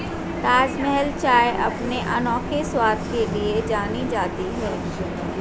ताजमहल चाय अपने अनोखे स्वाद के लिए जानी जाती है